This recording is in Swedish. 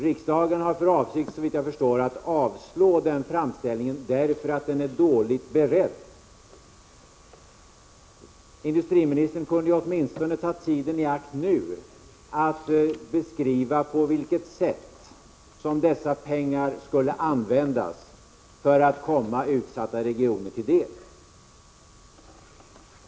Riksdagen har för avsikt, såvitt jag förstår, att avslå denna framställning därför att den är dåligt beredd. Industriministern kunde åtminstone ta tillfället i akt nu och beskriva på vilket sätt dessa pengar skulle användas för att komma de utsatta regionerna till del.